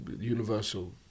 Universal